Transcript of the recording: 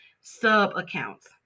sub-accounts